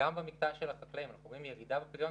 וגם במקטע של החקלאים אנחנו רואים ירידה בפריון